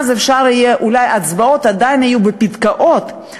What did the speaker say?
ההצבעות עדיין יהיו בפתקאות,